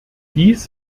dies